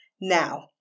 Now